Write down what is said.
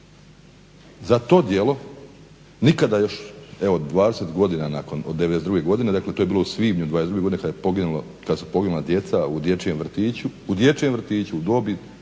Za to djelo nikada još evo 20 godina nakon, od 92. godine, dakle to je bilo u svibnju 92. godine kad su poginula djeca u dječjem vrtiću, u dječjem vrtiću u dobi,